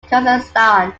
kazakhstan